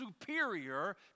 superior